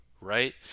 right